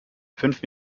fünf